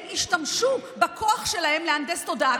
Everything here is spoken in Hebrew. הם השתמשו בכוח שלהם להנדס תודעה,